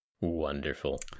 Wonderful